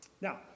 Now